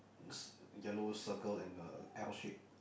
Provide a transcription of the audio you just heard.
it's yellow circle and a L shape